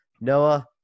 Noah